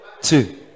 Two